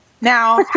Now